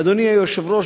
אדוני היושב-ראש,